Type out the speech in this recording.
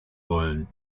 wollen